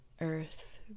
earth